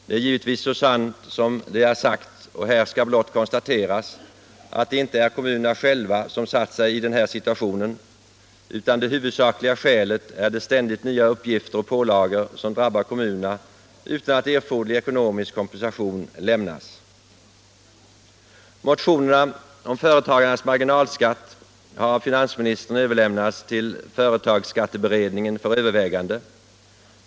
Det är givetvis så sant som det är sagt, och här skall blott konstateras att det inte är kommunerna själva som satt sig i den här situationen, utan det huvudsakliga skälet är de ständigt nya uppgifter och pålagor som drabbar kommunerna utan att erforderlig ekonomisk kompensation lämnas. Motionerna om företagarnas marginalskatt har av finansministern överlämnats till företagsskatteberedningen för övervägande.